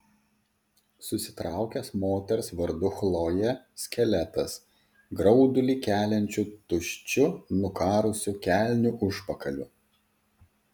susitraukęs moters vardu chlojė skeletas graudulį keliančiu tuščiu nukarusiu kelnių užpakaliu